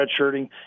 redshirting